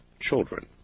children